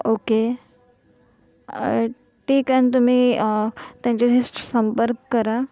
ओ के ठीक आहे न तुम्ही त्यांच्याशी संपर्क करा